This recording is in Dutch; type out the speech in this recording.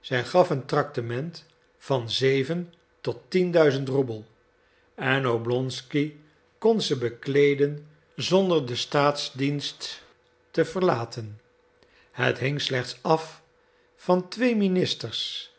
zij gaf een tractement van zeven tot tienduizend roebel en oblonsky kon ze bekleeden zonder den staatsdienst te verlaten het hing slechts af van twee ministers